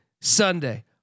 Sunday